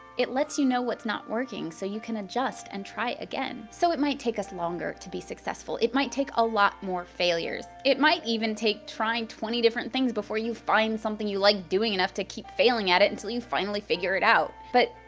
it lets you know what's not working so you can adjust and try again. so it might take us longer to be successful. it might take a lot more failures. it might even take trying twenty different things before you find something you like doing enough to keep failing at it until you finally figure it out. but,